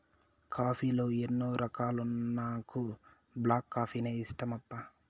coffee లో ఎన్నో రకాలున్నా నాకు బ్లాక్ కాఫీనే ఇష్టమప్పా